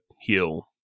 heal